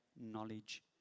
knowledge